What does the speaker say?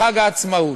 חג העצמאות,